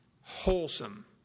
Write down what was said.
wholesome